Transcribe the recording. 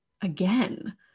again